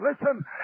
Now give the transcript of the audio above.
Listen